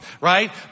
Right